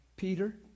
Peter